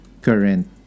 current